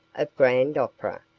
of grand opera,